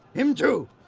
him too!